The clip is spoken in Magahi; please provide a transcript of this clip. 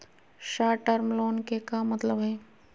शार्ट टर्म लोन के का मतलब हई?